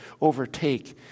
overtake